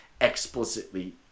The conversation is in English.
explicitly